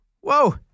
whoa